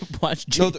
watch